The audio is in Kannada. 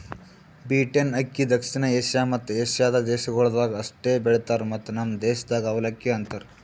ಬೀಟೆನ್ ಅಕ್ಕಿ ದಕ್ಷಿಣ ಏಷ್ಯಾ ಮತ್ತ ಏಷ್ಯಾದ ದೇಶಗೊಳ್ದಾಗ್ ಅಷ್ಟೆ ಬೆಳಿತಾರ್ ಮತ್ತ ನಮ್ ದೇಶದಾಗ್ ಅವಲಕ್ಕಿ ಅಂತರ್